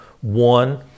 one